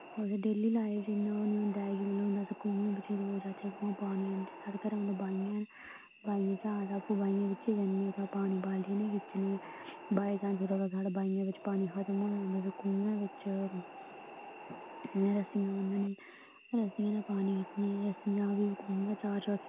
ओह् daily life च इन्ना ओह् निं होंदा ऐ कि जिन्ना खूहें कोला लैचे साढ़े घरै कोल बाईं हैन बाईं चा आवा दा बाईं जन्ने ते बाल्टी हत्थें कन्नै खिच्चने बाय चांस साढ़ी बाईं बिच पानी खत्म होई जाए खूहें बिच इंया रस्सी ब'न्ननी रस्सियै कन्नै पानी खिच्चना रस्सियां ओह् खूह् दे चार चब्क्खे